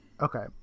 Okay